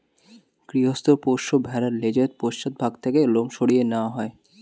গৃহস্থ পোষ্য ভেড়ার লেজের পশ্চাৎ ভাগ থেকে লোম সরিয়ে নেওয়া হয়